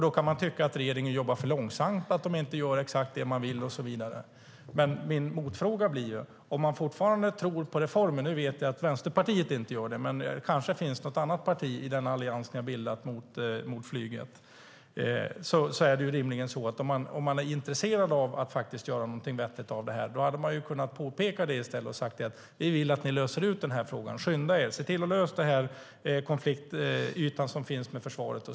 Man kan tycka att regeringen jobbar för långsamt, att den inte gör exakt det man vill och så vidare. Men om man fortfarande tror på reformer - nu vet jag att Vänsterpartiet inte gör det, men det kanske finns något annat parti i den allians ni har bildat mot flyget som gör det - och om man är intresserad av att faktiskt göra någonting vettigt av det här är det rimligen så att man hade kunnat påpeka det i stället och sagt att vi vill att ni löser ut den här frågan. Skynda er! Se till att lösa den konflikt som finns m försvaret.